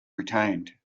retained